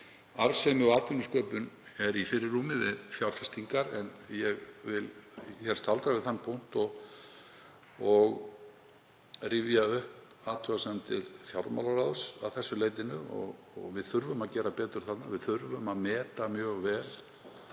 Arðsemi og atvinnusköpun í fyrirrúmi við fjárfestingar. Ég vil staldra við þann punkt og rifja upp athugasemdir fjármálaráðs að þessu leytinu og við þurfum að gera betur þarna. Við þurfum að meta mjög vel